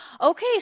okay